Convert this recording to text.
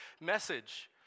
message